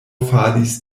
falis